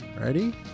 ready